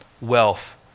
wealth